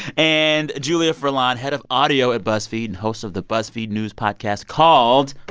and julia furlan, head of audio at buzzfeed and host of the buzzfeed news podcast called.